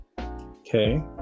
Okay